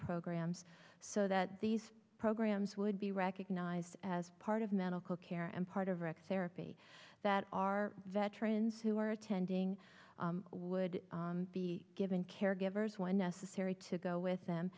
programs so that these programs would be recognized as part of medical care and part of rick's therapy that our veterans who were attending would be given caregivers when necessary to go with them